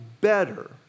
better